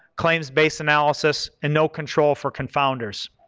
claims based analysis, and no control for confounders.